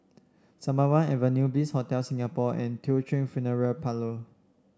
Sembawang Avenue Bliss Hotel Singapore and Teochew Funeral Parlour